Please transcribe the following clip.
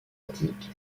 antique